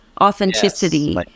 authenticity